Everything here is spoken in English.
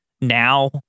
now